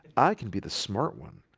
i can be the smart one.